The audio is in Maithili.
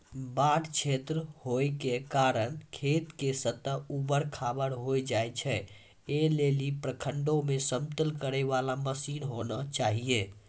बाढ़ क्षेत्र होय के कारण खेत के सतह ऊबड़ खाबड़ होय जाए छैय, ऐ लेली प्रखंडों मे समतल करे वाला मसीन होना चाहिए?